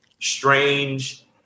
strange